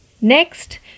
Next